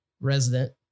resident